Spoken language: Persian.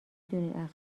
دونین